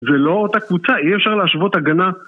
ולא אותה קבוצה, אי אפשר להשוות הגנה